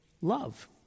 love